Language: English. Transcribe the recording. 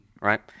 right